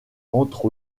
entre